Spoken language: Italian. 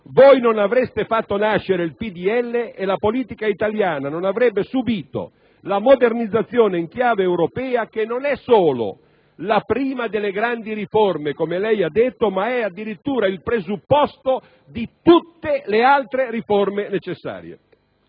voi non avreste fatto nascere il PdL e la politica italiana non avrebbe subito la modernizzazione in chiave europea, che non è solo la prima delle grandi riforme, come lei ha detto, ma è addirittura il presupposto di tutte le altre riforme necessarie.